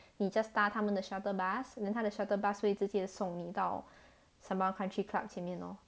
你 just 搭他们的 shuttle bus then 他的 shuttle bus 会直接送你到 sembawang country club 见面 lor